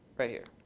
right here.